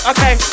Okay